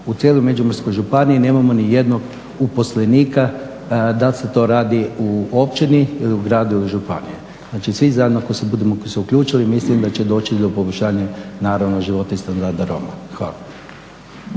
U cijeloj Međimurskoj županiji nemamo nijednog uposlenika, da li se to radi u općini ili u gradu ili županiji. Znači, svi zajedno ako se budemo uključili mislim da će doći do poboljšanja naravno života i standarda Roma. Hvala.